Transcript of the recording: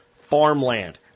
farmland